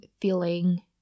feeling